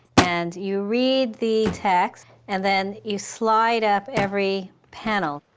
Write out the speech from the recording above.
and you read the text and then you slide up every panel.